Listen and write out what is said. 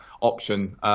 option